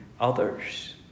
others